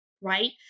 right